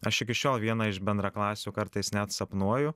aš iki šiol vieną iš bendraklasių kartais net sapnuoju